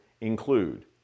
include